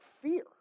fear